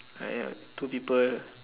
!aiya! two people